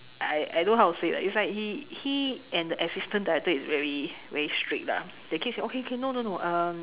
I I don't know how to say like he he and the assistant director is very very strict lah they keep saying okay okay no no no